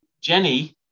Jenny